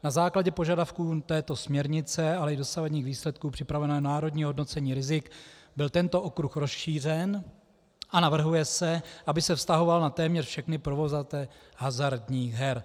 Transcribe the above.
Na základě požadavků této směrnice, ale i dosavadních výsledků připraveného národního hodnocení rizik byl tento okruh rozšířen a navrhuje se, aby se vztahoval na téměř všechny provozovatele hazardních her.